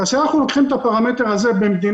כאשר אנחנו לוקחים את הפרמטר הזה במדינת